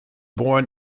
born